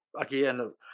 again